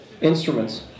instruments